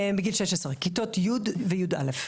גיל 16 כיתות י' ו-י"א.